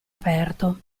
aperto